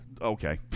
Okay